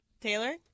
taylor